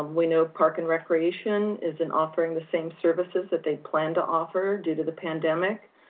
um we know park and recreation isn't offering the same services that they planned to offer, due to the pandemic.